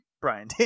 brian